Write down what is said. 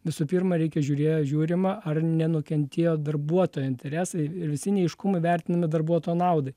visų pirma reikia žiūrė žiūrima ar nenukentėjo darbuotojo interesai ir visi neaiškumai vertinami darbuotojo naudai